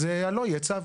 אז לא יהיה צו.